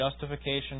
justification